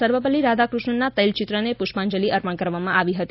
સર્વપલ્લી રાધાફષ્ણનના તૈલયિત્રને પુષ્પાંજલિ અર્પણ કરવામાં આવી હતી